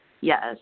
yes